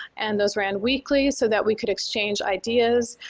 and those ran weekly, so that we could exchange ideas,